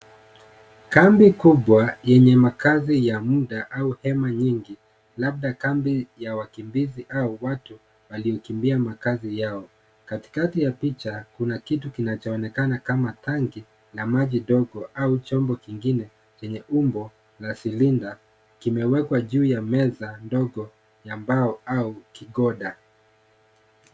Kambi kubwa yenye makazi ya muda au hema nyingi labda kambi ya wakimbizi au watu waliokimbia makazi yao. Katikati ya picha kuna kitu kinachoonekana kama tangi la maji dogo au chombo kingine chenye umbo la silinda. Kimewekwa juu ya meza ndogo ya mbao au kigoda.